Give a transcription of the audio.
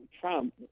Trump